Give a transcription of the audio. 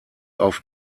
auf